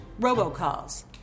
robocalls